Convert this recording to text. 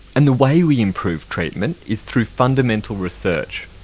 and the way we improve treatment is through fundamental research.